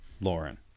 Lauren